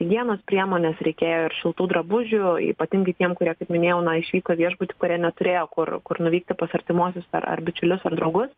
vienos priemonės reikėjo ir šiltų drabužių ypatingai tiem kurie kaip minėjau na išvyko į viešbutį kurie neturėjo kur kur nuvykti pas artimuosius ar ar bičiulius ar draugus